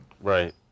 Right